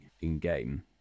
in-game